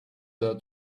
their